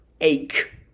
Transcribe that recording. Ache